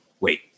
wait